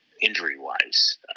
injury-wise